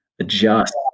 adjust